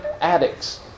addicts